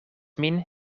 min